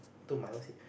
told my wife say